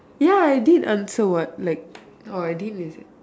ya I did answer what like oh I didn't is it